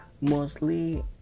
mostly